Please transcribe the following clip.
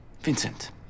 Vincent